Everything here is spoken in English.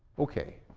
okay,